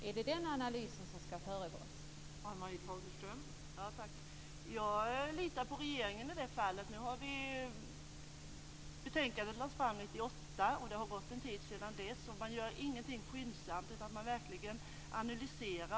Är det den analysen som skall föregå arbetet här?